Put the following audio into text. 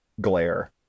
glare